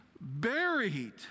buried